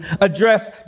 address